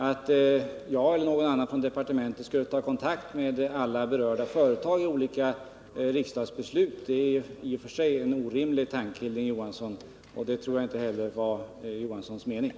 Att jag eller någon annan från departementet skulle ta kontakt med alla företag som berörs av olika riksdagsbeslut är en orimlig tanke, och jag tror inte heller att det var Hilding Johanssons mening.